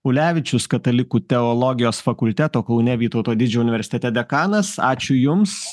ulevičius katalikų teologijos fakulteto kaune vytauto didžiojo universitete dekanas ačiū jums